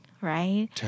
right